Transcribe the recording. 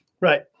Right